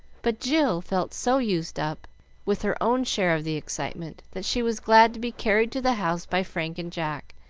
but jill felt so used up with her own share of the excitement that she was glad to be carried to the house by frank and jack,